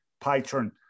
patron